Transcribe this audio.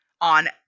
on